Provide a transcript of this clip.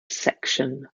section